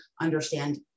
understand